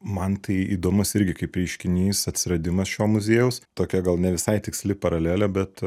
man tai įdomus irgi kaip reiškinys atsiradimas šio muziejaus tokia gal ne visai tiksli paralelė bet